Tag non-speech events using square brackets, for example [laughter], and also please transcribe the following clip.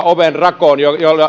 [unintelligible] ovenrakoon